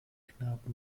knabe